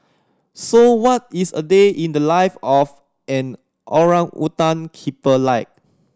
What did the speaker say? so what is a day in the life of an orangutan keeper like